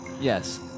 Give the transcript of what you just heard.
Yes